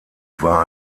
war